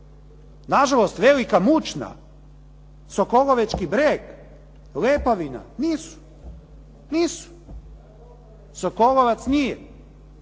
Nažalost Velika Mučna, Sokolovečki Breg, Lepavina nisu, nisu. Sokolovac nije.